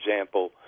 example